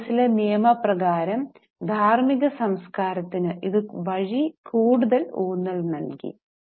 യുഎസിലെ നിയമപ്രകാരം ധാർമ്മിക സംസ്കാരത്തിന് ഇത് വഴി കൂടുതൽ ഊന്നൽ നൽകി